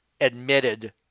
admitted